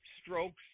strokes